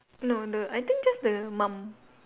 no the I think just the mom